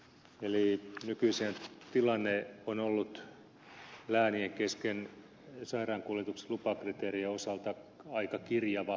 eli nykyisin tilanne on ollut läänien kesken sairaankuljetuksen lupakriteerien osalta aika kirjavakin